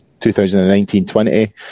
2019-20